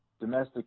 domestic